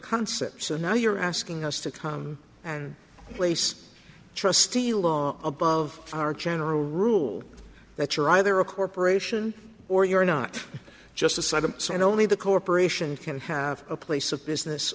concepts and now you're asking us to come and place trustee law above our general rule that you're either a corporation or you're not just a side and so and only the corporation can have a place of business